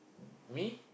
me